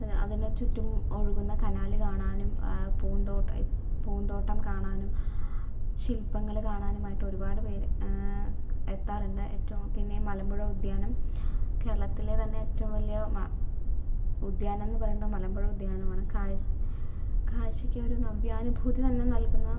അതിനെ ചുറ്റും ഒഴുകുന്ന കനാല് കാണാനും പൂന്തോട്ട് പൂന്തോട്ടം കാണാനും ശില്പങ്ങള് കാണാനുമായിട്ട് ഒരുപാട് പേര് എത്താറുണ്ട് ഏറ്റവും പിന്നെ മലമ്പുഴ ഉദ്യാനം കേരളത്തിലെ തന്നെ ഏറ്റവും വലിയ മ ഉദ്യാനമെന്ന് പറയുന്നത് മലമ്പുഴ ഉദ്യാനമാണ് കാഴ്ച കാഴ്ച്ചയ്ക്കൊരു നവ്യാനുഭൂതി തന്നെ നൽകുന്ന